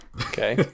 Okay